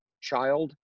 child